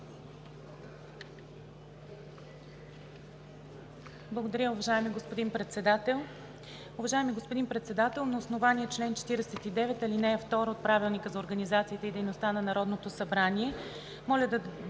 Благодаря Ви, уважаеми господин Председател.